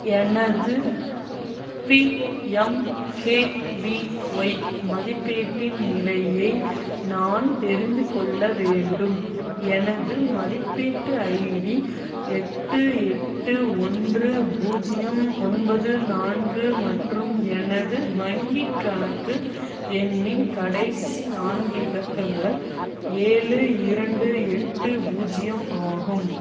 எனது பிஎம்கேவிஒய் மதிப்பீட்டின் நிலையை நான் தெரிந்து கொள்ள வேண்டும் எனது மதிப்பீட்டு ஐடி எட்டு எட்டு ஒன்று பூஜ்யம் ஒன்பது நான்கு மற்றும் எனது வங்கிக் கணக்கு எண்ணின் கடைசி நான்கு இலக்கங்கள் ஏழு இரண்டு எட்டு பூஜ்யம் ஆகும்